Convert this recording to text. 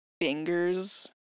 fingers